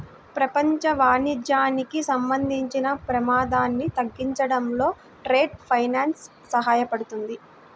ప్రపంచ వాణిజ్యానికి సంబంధించిన ప్రమాదాన్ని తగ్గించడంలో ట్రేడ్ ఫైనాన్స్ సహాయపడుతుంది